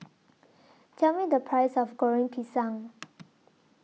Tell Me The Price of Goreng Pisang